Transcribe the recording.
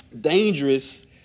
dangerous